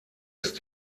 ist